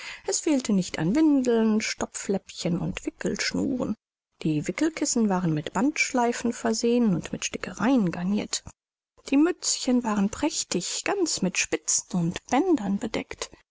es fehlte nicht an windeln stopfläppchen und wickelschnuren die wickelkissen waren mit bandschleifen versehen und mit stickereien garnirt die mützchen waren prächtig ganz mit spitzen und bändern bedeckt